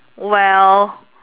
well